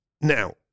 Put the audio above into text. now